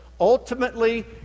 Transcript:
ultimately